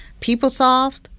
PeopleSoft